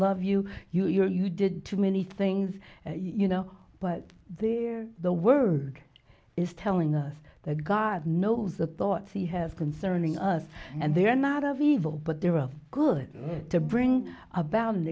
you you know you did too many things you know but there the word is telling us that god knows the thoughts he has concerning us and they are not of evil but they were good to bring about an